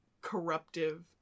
corruptive